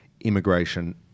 immigration